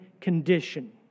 condition